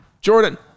Jordan